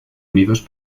nidos